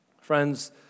Friends